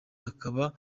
akaba